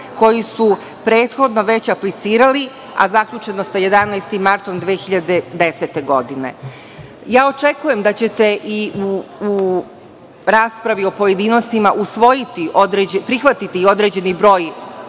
koji su prethodno već aplicirali, a zaključno sa 11. martom 2010. godine. Očekujem da ćete i u raspravi u pojedinostima prihvatiti određeni broj